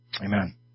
amen